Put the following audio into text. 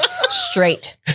Straight